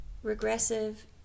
regressive